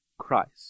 Christ